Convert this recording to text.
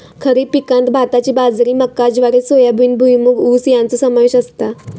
खरीप पिकांत भाताची बाजरी मका ज्वारी सोयाबीन भुईमूग ऊस याचो समावेश असता